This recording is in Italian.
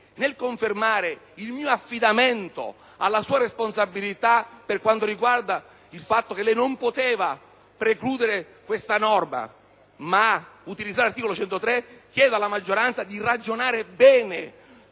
nel ribadire il mio affidamento alla sua responsabilità nella convinzione che lei non poteva precludere questa norma ma utilizzare l'articolo 103, chiedo alla maggioranza di ragionare bene